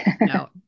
no